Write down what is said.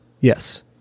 Yes